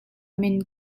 min